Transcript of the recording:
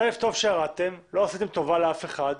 זה טוב שירדתם, לא עשיתם טובה לאף אחד,